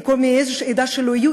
לא משנה מאיזו עדה,